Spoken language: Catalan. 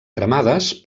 cremades